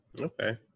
Okay